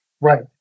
Right